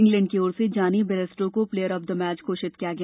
England की ओर से जॉनी बेयरस्टो को प्लेयर ऑफ द मैच घोषित किया गया